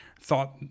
thought